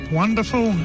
wonderful